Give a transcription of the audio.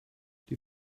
die